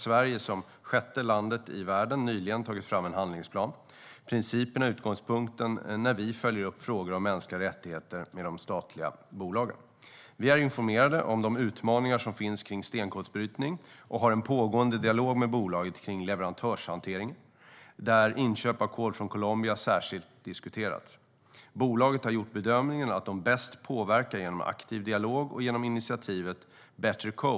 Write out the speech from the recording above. Sverige har som sjätte land i världen nyligen tagit fram en handlingsplan för detta. Principerna är utgångspunkten när vi följer upp frågor om mänskliga rättigheter med de statliga bolagen. Vi är informerade om de utmaningar som finns kring stenkolsbrytning och har en pågående dialog med bolaget om leverantörshantering, där inköp av kol från Colombia särskilt diskuterats. Bolaget har gjort bedömningen att de bäst påverkar genom en aktiv dialog och genom initiativet Bettercoal.